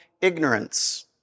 ignorance